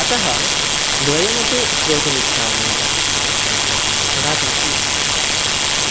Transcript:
अतः द्वयमपि श्रोतुम् इच्छामि इति गातुमपि इच्छामि